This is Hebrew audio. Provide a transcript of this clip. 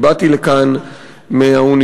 כי באתי לכאן מהאוניברסיטה,